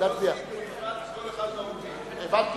להצביע בנפרד על כל אחד, הבנתי,